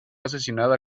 asesinada